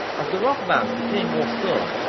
as the rock bands became more stern,